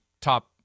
Top